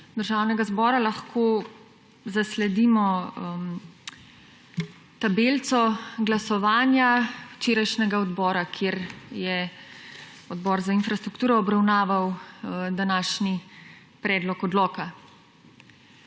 Državnega zbora lahko zasledimo tabelico glasovanja včerajšnjega odbora, kjer je Odbor za infrastrukturo obravnaval današnji predlog odloka.